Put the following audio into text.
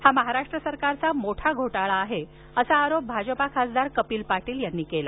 हा महाराष्ट्र सरकारचा मोठा घोटाळा आहे असा आरोप भाजपा खासदार कपिल पाटील यांनी केला